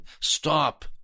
Stop